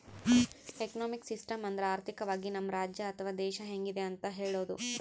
economic system ಅಂದ್ರ ಆರ್ಥಿಕವಾಗಿ ನಮ್ ರಾಜ್ಯ ಅಥವಾ ದೇಶ ಹೆಂಗಿದೆ ಅಂತ ಹೇಳೋದು